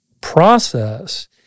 process